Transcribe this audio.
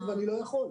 ואני לא יכול.